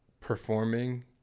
performing